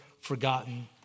forgotten